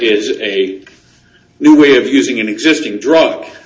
is a new way of using an existing drug